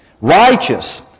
Righteous